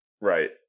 right